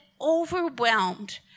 overwhelmed